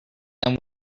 then